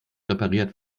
repariert